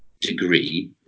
degree